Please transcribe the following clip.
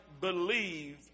believe